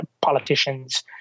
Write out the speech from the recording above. politicians